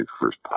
first